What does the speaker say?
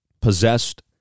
possessed